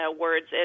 words